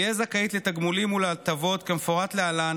תהיה זכאית לתגמולים ולהטבות כמפורט להלן